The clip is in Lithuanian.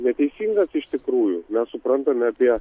neteisingas iš tikrųjų mes suprantame apie